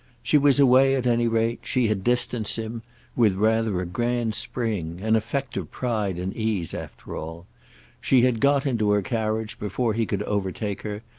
she was away at any rate she had distanced him with rather a grand spring, an effect of pride and ease, after all she had got into her carriage before he could overtake her,